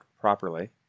properly